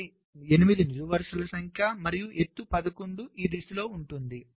అంటే 8 నిలువు వరుసల సంఖ్య మరియు ఎత్తు 11 ఈ దిశలో ఉంటుంది